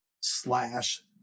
slash